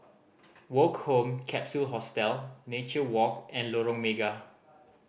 Woke Home Capsule Hostel Nature Walk and Lorong Mega